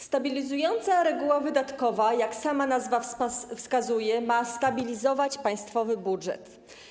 Stabilizująca reguła wydatkowa, jak sama nazwa wskazuje, ma stabilizować państwowy budżet.